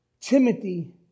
Timothy